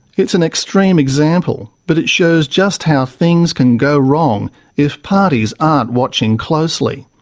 it's an extreme example, but it shows just how things can go wrong if parties aren't watching closely.